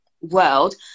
world